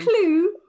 clue